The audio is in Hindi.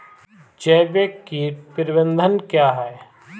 जैविक कीट प्रबंधन क्या है?